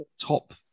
top